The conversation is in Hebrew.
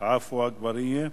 עפו אגבאריה.